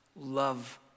love